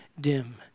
dim